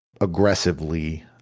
aggressively